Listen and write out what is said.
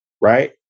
Right